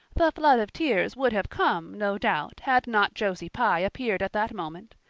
the flood of tears would have come, no doubt, had not josie pye appeared at that moment.